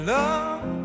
love